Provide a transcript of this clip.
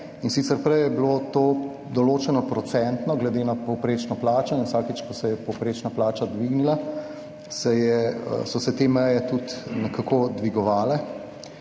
in sicer prej je bilo to določeno procentno glede na povprečno plačo in vsakič, ko se je povprečna plača dvignila, so se te meje tudi nekako dvigovale.